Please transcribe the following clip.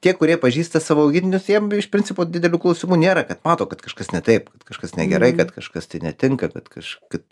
tie kurie pažįsta savo augintinius jiem iš principo didelių klausimų nėra kad mato kad kažkas ne taip kad kažkas negerai kad kažkas tai netinka kad kaž kad